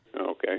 Okay